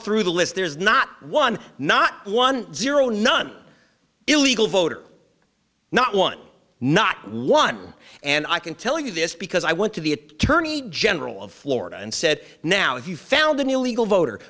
through the list there's not one not one zero none illegal voter not one not one and i can tell you this because i went to the tourney general of florida and said now if you found an illegal voter